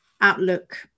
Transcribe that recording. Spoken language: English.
outlook